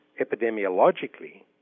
epidemiologically